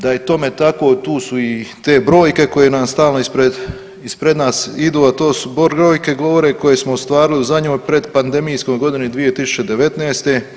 Da je tome tako tu su i te brojke koje nam stalno ispred nas idu, a to su brojke govore koje smo ostvarili u zadnjoj predpandemijskoj godini 2019.